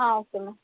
okay ma'am